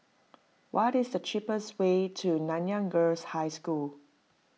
what is the cheapest way to Nanyang Girls' High School